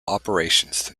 operations